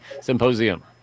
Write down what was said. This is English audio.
Symposium